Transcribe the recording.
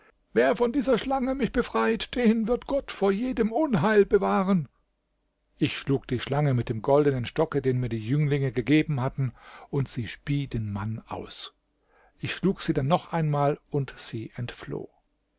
wer von dieser schlange mich befreit den wird gott vor jedem unheil bewahren ich schlug die schlange mit dem goldenen stocke den mir die jünglinge gegeben hatten und sie spie den mann aus ich schlug sie dann noch einmal und sie entfloh